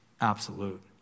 absolute